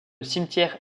cimetière